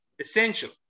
essential